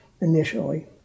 initially